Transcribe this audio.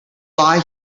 lie